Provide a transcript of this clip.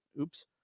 oops